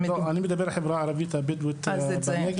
לא, אני מדבר על החברה הערבית הבדווית בנגב.